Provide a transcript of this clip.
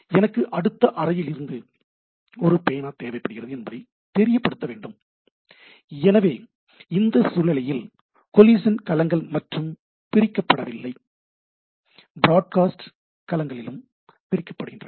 எனக்கு அடுத்த அறையில் இருந்து ஒரு பேனா தேவைப்படுகிறது என்பதை தெரியப்படுத்த வேண்டும் எனவே இந்த சூழ்நிலையில் கோலிசன் களங்கள் மட்டும் பிரிக்கப்படவில்லை பிராட்காஸ்ட் களங்களும் பிரிக்கப்படுகின்றன